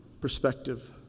perspective